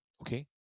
Okay